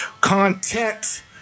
content